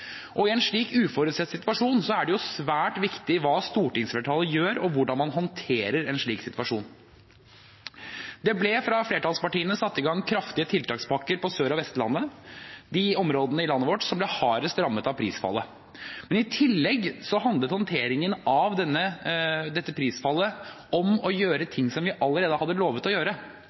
pst. I en slik uforutsett situasjon er det svært viktig hva stortingsflertallet gjør, og hvordan man håndterer en slik situasjon. Det ble fra flertallspartiene satt i gang kraftige tiltakspakker på Sør- og Vestlandet, i de områdene i landet vårt som ble hardest rammet av prisfallet. Men i tillegg handlet håndteringen av dette prisfallet om å gjøre ting som vi allerede hadde lovet å gjøre.